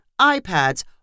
iPads